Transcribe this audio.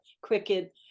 cricket